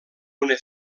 una